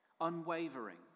unwavering